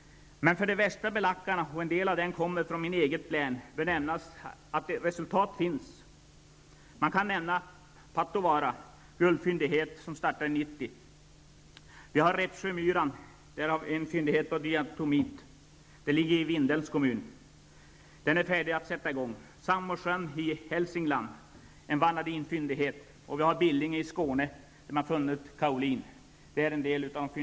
Men för de värsta belackarna, och en del av dem kommer från mitt eget län, bör nämnas att resultatet finns. Några exempel: Repsjömyran, diatonit, den ligger i Vindelns kommun. Den är färdig att sättas i gång. Samåsjön i Hälsingland, vanadin. Billinge i Skåne där man funnit kaolin.